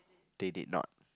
they did not